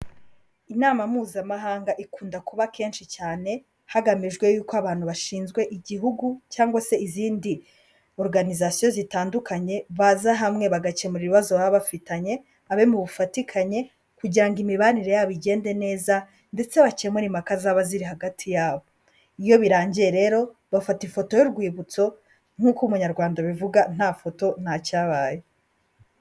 Inama Mpuzamahanga ikunda kuba kenshi cyane hagamijwe yuko abantu bashinzwe Igihugu cyangwa se izindi Organisation zitandukanye, baza hamwe bagakemura ibibazo baba bafitanye, abe mu bufatikanye kugira ngo imibanire yabo igende neza, ndetse bakemure impaka zaba ziri hagati yabo. Iyo birangiye rero bafata ifoto y'urwibutso nkuko Umunyarwanda abivuga nta foto nta cyabaye.